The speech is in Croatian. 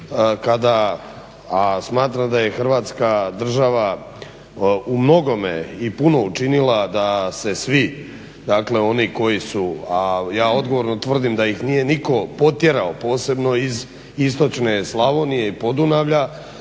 kada, a smatram da je Hrvatska država u mnogome i puno učinila da se svi, dakle oni koji su, a ja odgovorno tvrdim da ih nije nitko potjerao iz istočne Slavonije i Podunavlja